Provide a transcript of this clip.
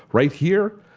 right here,